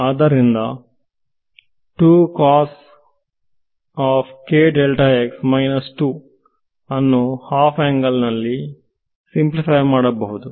ಆದ್ದರಿಂದ ಅನ್ನು half angle ನಲ್ಲಿ ಸಿಂಪ್ಲಿಫೈ ಮಾಡಬಹುದು